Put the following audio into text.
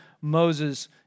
Moses